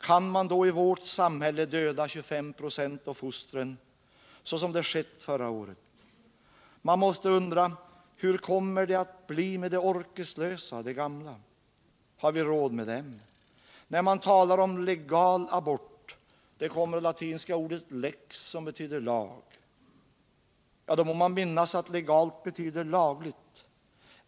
Kan man då i vårt samhälle döda 25 96 av fostren — som det skett förra året? Man måste undra: Hur kommer det att bli med de orkeslösa, de gamla? Har vi råd med dem? När man talar om legal abort — det kommer av det latinska ordet lex som betyder lag — ja, då må man minnas att legalt betyder lagligt.